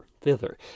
thither